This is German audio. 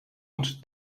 und